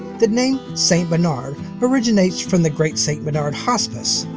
the name st. bernard originates from the great st. bernard hospice,